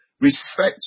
respect